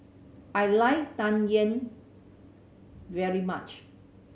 I like Tang Yuen very much